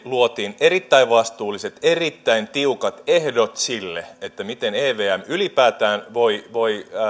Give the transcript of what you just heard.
luotiin erittäin vastuulliset erittäin tiukat ehdot sille miten evm ylipäätään voi voi